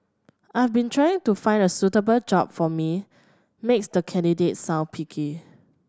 I've been trying to find the suitable job for me makes the candidate sound picky